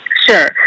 Sure